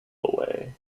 away